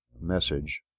message